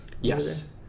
Yes